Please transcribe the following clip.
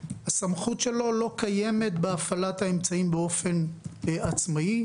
הסמכות שלו לא קיימת בהפעלת האמצעים באופן עצמאי,